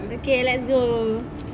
okay let's go